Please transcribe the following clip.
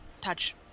Touch